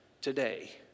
today